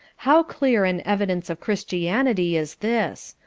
how clear an evidence of christianity is this.